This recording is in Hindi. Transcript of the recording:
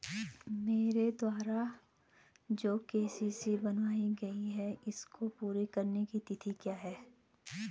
मेरे द्वारा जो के.सी.सी बनवायी गयी है इसको पूरी करने की तिथि क्या है?